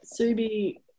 Subi